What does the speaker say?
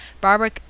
Barbara